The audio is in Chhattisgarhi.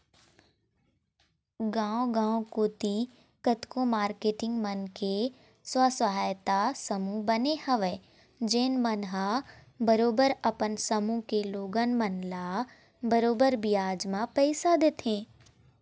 गाँव गाँव कोती कतको मारकेटिंग मन के स्व सहायता समूह बने हवय जेन मन ह बरोबर अपन समूह के लोगन मन ल बरोबर बियाज म पइसा देथे